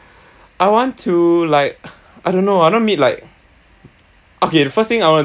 I want to like I don't know I don't want to meet like okay first thing I wanna